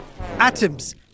Atoms